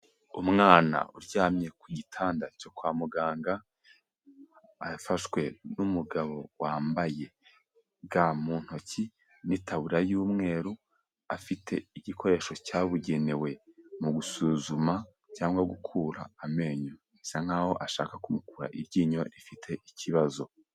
Umwana uryamye ku gitanda cyo kwa muganga, afashwe n'umugabo wambaye ga mu ntoki n'itaburiya y'umweru, afite igikoresho cyabugenewe mu gusuzuma cyangwa gukura amenyo bisa nk'aho ashaka kumukura iryinyo rifite ikibazo.